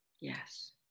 Yes